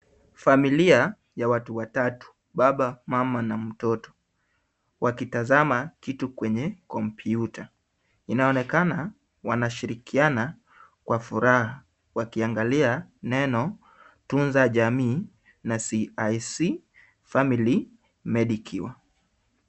Familia ya watu watatu, baba, mama na mtoto, wakitazama kitu kwenye kompyuta. Inaonekana wanashirikiana kwa furaha wakiangalia neno, tunza jamii na CIC Family Medisure.